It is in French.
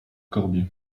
corbier